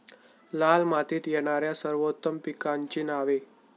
लाल मातीत येणाऱ्या सर्वोत्तम पिकांची नावे?